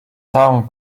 town